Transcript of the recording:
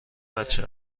بچه